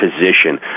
position